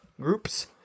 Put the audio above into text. groups